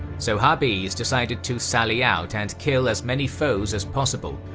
so harbees decided to sally out and kill as many foes as possible,